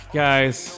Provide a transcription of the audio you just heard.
guys